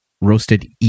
roasted